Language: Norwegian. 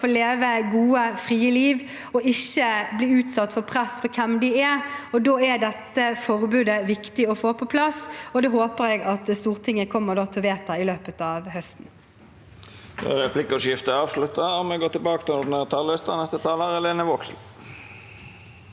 få leve et godt, fritt liv og ikke bli utsatt for press for hvem de er. Da er dette forbudet viktig å få på plass, og det håper jeg at Stortinget kommer til å vedta i løpet av høsten.